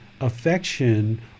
affection